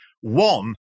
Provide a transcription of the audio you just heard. One